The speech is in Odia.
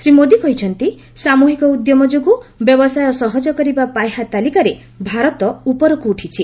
ଶ୍ରୀ ମୋଦି କହିଛନ୍ତି ସାମୂହିକ ଉଦ୍ୟମ ଯୋଗୁଁ ବ୍ୟବସାୟ ସହଜ କରିବା ପାହ୍ୟା ତାଲିକାରେ ଭାରତ ଉପରକୁ ଉଠିଛି